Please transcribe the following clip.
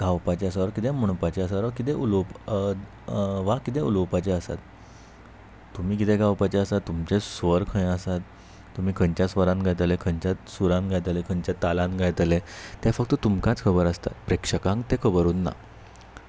गावपाचें ओर किदें म्हणपाचें आसा वा किदें उलोवप वा किदं उलोवपाचे आसात तुमी कितें गावपाचें आसात तुमचे स्वर खंय आसात तुमी खंयच्या स्वरान गायतले खंयच्याच सुरान गायतले खंयच्या तालांत गायतले ते फक्त तुमकांच खबर आसता प्रेक्षकांक तें खबर उर ना